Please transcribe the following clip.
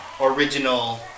original